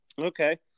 Okay